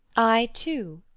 i, too?